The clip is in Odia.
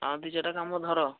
ଆଉ ଦୁଇ ଚାରିଟା କାମ ଧର